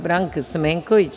Branka Stamenković.